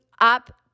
up